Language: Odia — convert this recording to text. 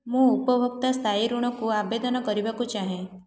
ମୁଁ ଉପଭୋକ୍ତା ସ୍ଥାୟୀ ଋଣକୁ ଆବେଦନ କରିବାକୁ ଚାହେଁ